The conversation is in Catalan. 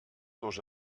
dos